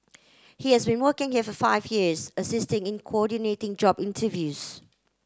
he has been working here for five years assisting in coordinating job interviews